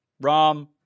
Rom